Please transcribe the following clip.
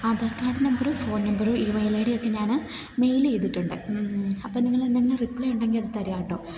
Aadhaar card നമ്പറും phone നമ്പരും email I D ഒക്കെ ഞാന് മെയില് ചെയ്തിട്ടുണ്ട് അപ്പം നിങ്ങൾ എന്തെങ്കിലും റിപ്ലൈ ഉണ്ടെങ്കിൽ അത് തരിക കേട്ടോ